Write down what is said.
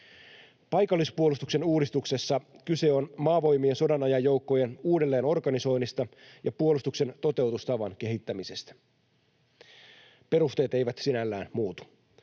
Paikallispuolustuksen uudistuksessa kyse on Maavoimien sodanajan joukkojen uudelleenorganisoinnista ja puolustuksen toteutustavan kehittämisestä. Perusteet eivät sinällään muutu.